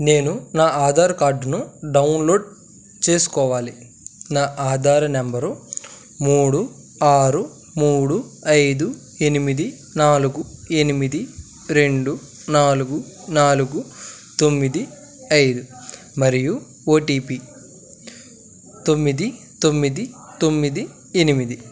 నేను నా ఆధార్ కార్డును డౌన్లోడ్ చేసుకోవాలి నా ఆధార నంబరు మూడు ఆరు మూడు ఐదు ఎనిమిది నాలుగు ఎనిమిది రెండు నాలుగు నాలుగు తొమ్మిది ఐదు మరియు ఓటీపీ తొమ్మిది తొమ్మిది తొమ్మిది ఎనిమిది